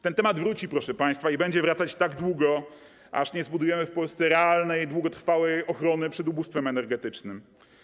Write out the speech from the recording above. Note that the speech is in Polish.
Ten temat wróci, proszę państwa, i będzie wracać tak długo, aż nie zbudujemy w Polsce realnej i długotrwałej ochrony przed ubóstwem energetycznym.